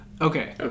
Okay